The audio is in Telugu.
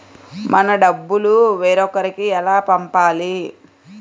మన డబ్బులు వేరొకరికి ఎలా పంపాలి?